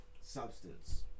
Substance